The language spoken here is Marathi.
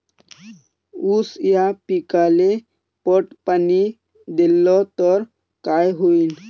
ऊस या पिकाले पट पाणी देल्ल तर काय होईन?